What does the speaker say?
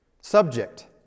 subject